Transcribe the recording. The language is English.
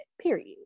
period